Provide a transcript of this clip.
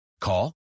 Call